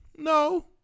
No